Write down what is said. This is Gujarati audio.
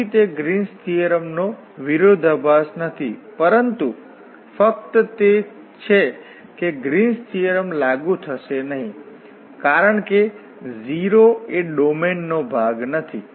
તેથી તે ગ્રીન્સ થીઓરમનો વિરોધાભાસ નથી પરંતુ ફક્ત તે છે કે ગ્રીન્સ થીઓરમ લાગુ થશે નહીં કારણ કે 0 એ ડોમેઇનનો ભાગ નથી